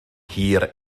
hir